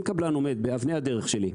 אם קבלן עומד באבני הדרך שלי,